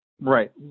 Right